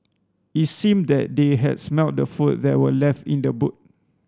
it seemed that they had smelt the food that were left in the boot